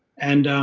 and um,